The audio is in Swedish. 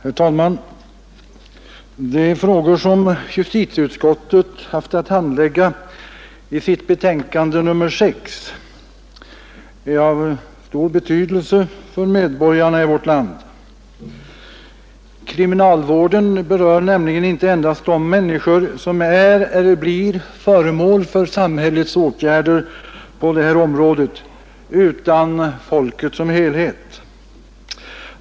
Herr talman! De frågor som justitieutskottet haft att handlägga i sitt betänkande nr 6 är av stor betydelse för medborgarna i vårt land. Kriminalvården berör nämligen inte endast de människor som är eller blir föremål för samhällets åtgärder på det här området utan folket som helhet.